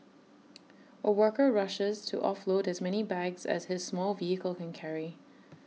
A worker rushes to offload as many bags as his small vehicle can carry